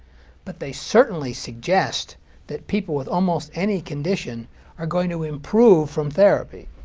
but they certainly suggest that people with almost any condition are going to improve from therapy.